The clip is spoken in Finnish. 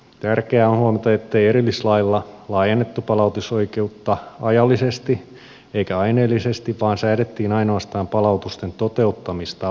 tärkeää on huomata ettei erillislailla laajennettu palautusoikeutta ajallisesti eikä aineellisesti vaan säädettiin ainoastaan palautusten toteuttamistavasta